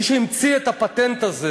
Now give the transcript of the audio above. מי שהמציא את הפטנט הזה,